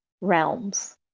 realms